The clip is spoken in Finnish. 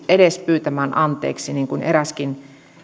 edes pyytämään anteeksi niin kuin eräskin